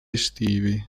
estivi